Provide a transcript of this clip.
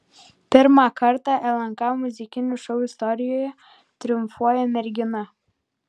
pirmą kartą lnk muzikinių šou istorijoje triumfuoja mergina